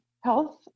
Health